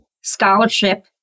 scholarship